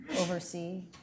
oversee